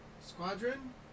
Squadron